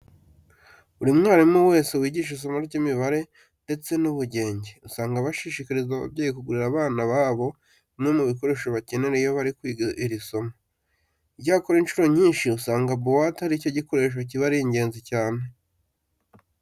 Buri mwarimu wese wigisha isomo ry'imibare ndetse n'ubugenge usanga aba ashishikariza ababyeyi kugurira abana babo bimwe mu bikoresho bakenera iyo bari kwiga iri somo. Icyakora incuro nyinshi usanga buwate ari cyo gikoresho kiba ari ingenzi cyane.